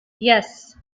yes